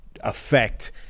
affect